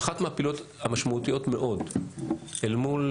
אחת מהפעילויות המשמעותיות מאוד אל מול